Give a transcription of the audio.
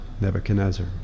Nebuchadnezzar